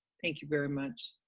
thank you very much.